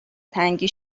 تنگی